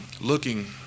looking